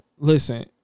Listen